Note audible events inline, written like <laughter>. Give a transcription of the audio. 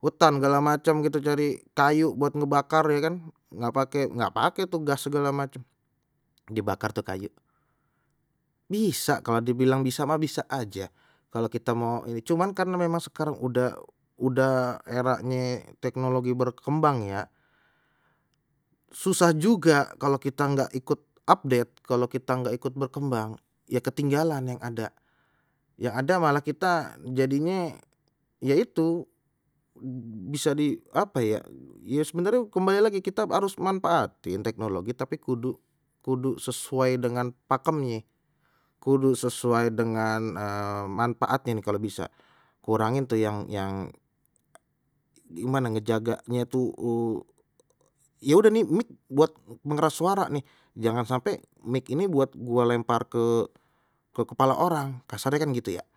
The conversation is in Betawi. hutan segala macam gitu cari kayu buat ngebakar ya kan nggak pakai nggak pakai tuh gas segala macam, dibakar tuh kayu bisa kalau dibilang bisa mah bisa aja kalau kita mau ini cuman kan memang sekarang udah udah eranye teknologi berkembang ya, susah juga kalau kita nggak ikut update kalau kita nggak ikut berkembang ya ketinggalan yang ada, yang ada malah kita jadinye ya itu bisa di apa ya, ya sebenernye kembali lagi kita harus manfaatin teknologi tapi kudu kudu sesuai dengan pakemnye kudu sesuai dengan <hesitation> manfaatnye kalau bisa kurangin tuh yang yang gimana ngejaganye itu ya udah nih mik buat pengeras suara nih jangan sampai mik ini buat gua lempar ke ke kepala orang kasarnya kan gitu ya.